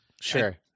Sure